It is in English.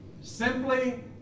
simply